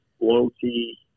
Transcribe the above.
loyalty